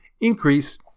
increase